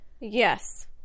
Yes